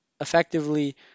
effectively